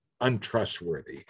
untrustworthy